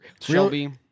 Shelby